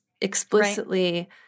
explicitly